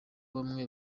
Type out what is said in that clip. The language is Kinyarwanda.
bamwe